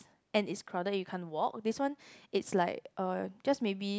and it's crowded you can't walk this one it's like uh just maybe